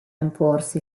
imporsi